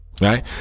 right